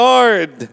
Lord